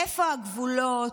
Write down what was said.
איפה הגבולות?